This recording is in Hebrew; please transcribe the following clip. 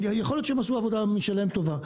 יכול להיות שהם עשו עבודה משלהם טובה,